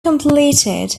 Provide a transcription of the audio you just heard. completed